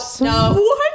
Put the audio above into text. no